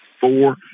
four